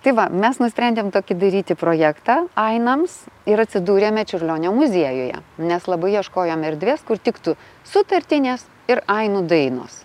tai va mes nusprendėm tokį daryti projektą ainams ir atsidūrėme čiurlionio muziejuje nes labai ieškojome erdvės kur tiktų sutartinės ir ainu dainos